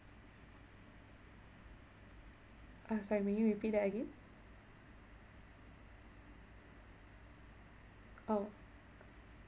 ah sorry may you repeat that again oh